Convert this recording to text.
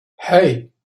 hey